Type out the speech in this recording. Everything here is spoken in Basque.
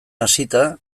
hasita